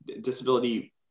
disability